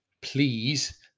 please